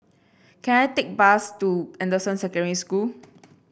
can I take a bus to Anderson Secondary School